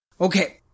okay